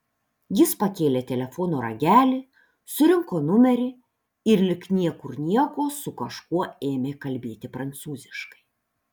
jis pakėlė telefono ragelį surinko numerį ir lyg niekur nieko su kažkuo ėmė kalbėti prancūziškai